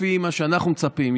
לפי מה שאנחנו מצפים,